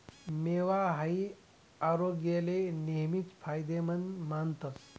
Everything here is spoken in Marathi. मेवा हाई आरोग्याले नेहमीच फायदेमंद मानतस